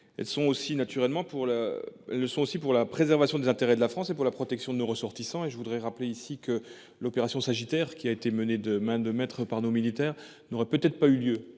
Elles le sont aussi pour la préservation des intérêts de la France et pour la protection de nos ressortissants. Ainsi, l'opération Sagittaire, qui a été menée de main de maître par nos militaires, n'aurait peut-être pas pu avoir